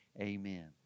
Amen